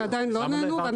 שעדיין לא נענו.